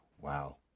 wow